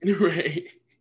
Right